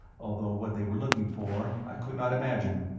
although what they were looking for i could not imagine.